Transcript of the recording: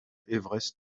everest